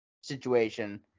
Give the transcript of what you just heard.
situation